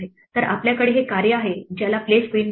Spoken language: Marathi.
तर आपल्याकडे हे कार्य आहे ज्याला प्लेस क्वीन म्हणतात